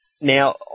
now